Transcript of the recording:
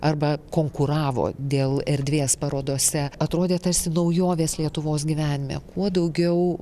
arba konkuravo dėl erdvės parodose atrodė tarsi naujovės lietuvos gyvenime kuo daugiau